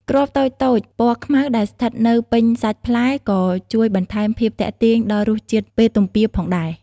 គ្រាប់តូចៗពណ៌ខ្មៅដែលស្ថិតនៅពេញសាច់ផ្លែក៏ជួយបន្ថែមភាពទាក់ទាញដល់រសជាតិពេលទំពារផងដែរ។